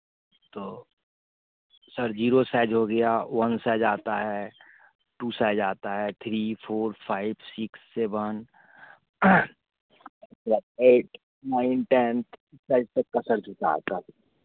तो sir zero size हो गया वन साइज आता है टू साइज आता है three four five six seven इसके बाद एट नाइन टेन इस साइज तक का सर जूता आता है